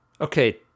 Okay